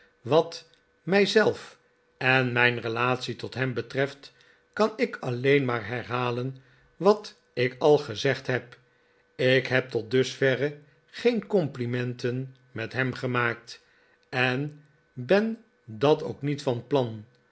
wat mij zelf en mijn relatie tot hem betreft kan ik alleen maar herhalen wat ik al gezegd heb ik heb tot dusverre geen complimenten met hem gemaakt en ben dat ook niet van plan